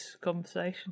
conversation